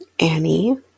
Annie